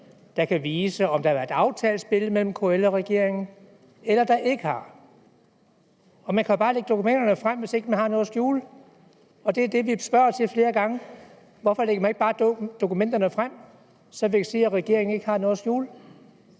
der kan vise, om der har været aftalt spil mellem KL og regeringen, eller der ikke har. Og man kan jo bare lægge dokumenterne frem, hvis ikke man har noget at skjule, og det er det, vi spørger til flere gange: Hvorfor lægger man ikke bare dokumenterne frem, så vi kan se, at regeringen ikke har noget at skjule?